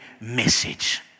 message